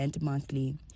monthly